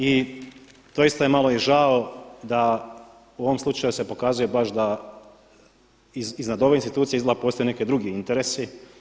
I doista je malo i žao da u ovom slučaju se pokazuje baš da iznad ove institucije izgleda postoje neki drugi interesi.